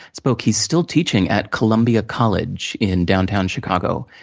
so like he's still teaching at columbia college, in downtown chicago.